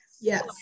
yes